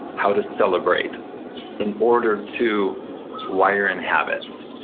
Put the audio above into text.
how to celebrate in order to wire in habits,